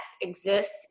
exists